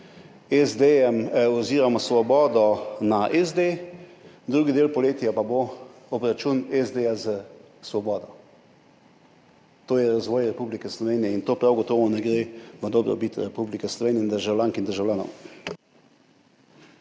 SD oziroma Svobodo na SD, drugi del poletja pa bo obračun SD s Svobodo. To je razvoj Republike Slovenije in to prav gotovo ne gre v dobrobit Republike Slovenije in državljank in državljanov.